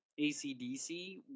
ACDC